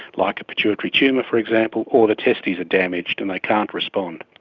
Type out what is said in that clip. like a pituitary tumour for example, or the testes are damaged and they can't respond.